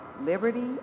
liberty